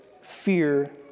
fear